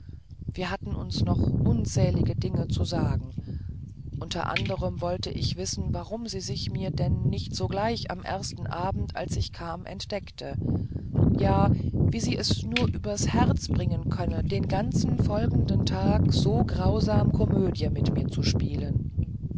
wir hatten uns noch unzählige dinge zu sagen unter anderem wollte ich wissen warum sie sich mir denn nicht gleich am ersten abend als ich kam entdeckte ja wie sie es nur übers herz bringen können den ganzen folgenden tag so grausam komödie mit mir zu spielen